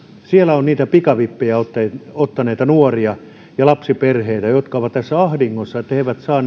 siellä on pikavippejä ottaneita ottaneita nuoria ja lapsiperheitä jotka ovat tässä ahdingossa että he eivät saa